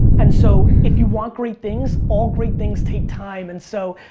and so, if you want great things, all great things take time. and so,